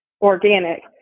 organic